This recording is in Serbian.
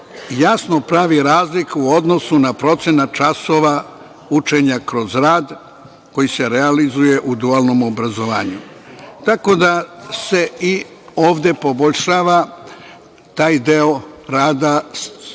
jasno pravi razlika u odnosu na procenat časova učenja kroz rad, koji se realizuje u dualnom obrazovanju. Tako da se i ovde poboljšava taj deo rada